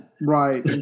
right